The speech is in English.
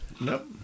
Nope